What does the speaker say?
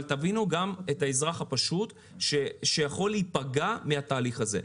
אבל תבינו גם את האזרח הפשוט שיכול להיפגע מהתהליך הזה.